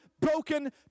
broken